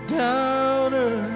doubter